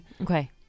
Okay